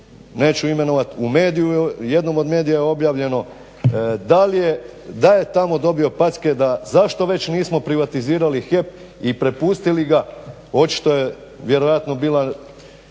neću imenovati, u jednom od medija je objavljeno da je tamo dobio packe, da zašto već nismo privatizirali HEP i prepustili ga. Očito je vjerojatno bila